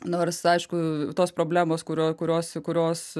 nors aišku tos problemos kurio kurios kurios